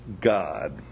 God